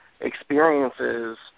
experiences